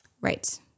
Right